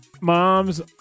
mom's